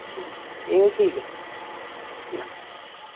ठीक ऐ एह् ठीक ऐ